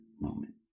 moment